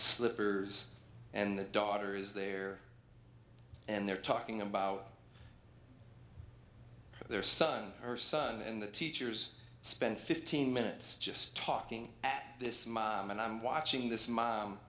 slippers and the daughter is there and they're talking about their son or son and the teachers spent fifteen minutes just talking at this mom and i'm watching this m